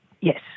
Yes